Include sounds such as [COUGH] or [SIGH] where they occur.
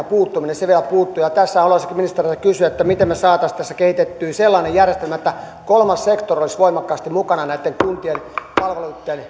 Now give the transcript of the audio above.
[UNINTELLIGIBLE] puuttuminen ja avun antaminen vielä puuttuvat tässä haluaisinkin ministeriltä kysyä miten me saisimme tässä kehitettyä sellaisen järjestelmän että kolmas sektori olisi voimakkaasti mukana näitten kuntien palveluitten [UNINTELLIGIBLE]